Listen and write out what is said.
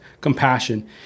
compassion